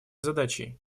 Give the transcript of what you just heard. задачей